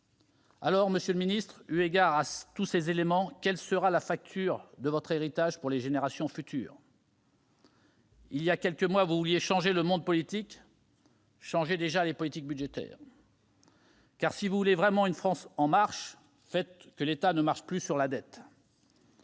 vu ! Monsieur le secrétaire d'État, eu égard à ces éléments, quelle sera la facture de votre héritage pour les générations futures ? Il y a quelques mois, vous vouliez changer le monde politique : commencez par changer les politiques budgétaires ! Si vous voulez vraiment une France en marche, faites que l'État ne marche plus sur la dette